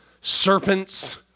Serpents